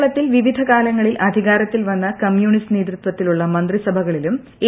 കേരളത്തിൽ വിവിധകാലങ്ങളിൽ അധികാരത്തിൽ വന്ന കമ്മ്യൂണിസ്റ്റ് നേതൃത്വത്തിലുള്ള മന്ത്രിസഭ കളിലും എ